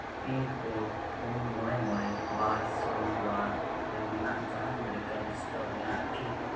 pin code ᱯᱩᱱ ᱢᱚᱬᱮ ᱢᱚᱬᱮ ᱵᱟᱨ ᱥᱩᱱ ᱵᱟᱨ ᱨᱮ ᱢᱮᱱᱟᱜ ᱡᱟᱦᱟᱱ ᱢᱮᱰᱤᱠᱮᱞ ᱥᱴᱳᱨ ᱢᱮᱱᱟᱜᱼᱟ ᱠᱤ